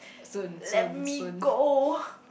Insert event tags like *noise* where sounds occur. soon soon soon *breath*